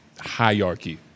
hierarchy